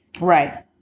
right